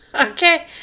Okay